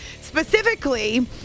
specifically